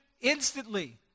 instantly